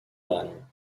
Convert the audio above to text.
manner